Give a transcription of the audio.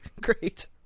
Great